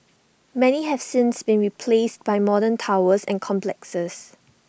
many have since been replaced by modern towers and complexes